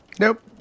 Nope